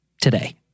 today